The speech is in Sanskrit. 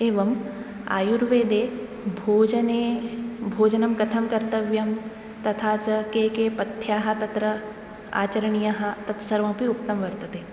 एवम् आयुर्वेदे भोजने भोजनं कथं कर्तव्यं तथा च के के पथ्याः तत्र आचरणीयः तत्सर्वम् अपि उक्तं वर्तते